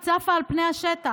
היא צפה על פני השטח.